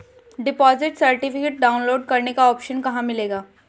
Deposit certificate download करने का option कहां मिलेगा?